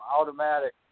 automatic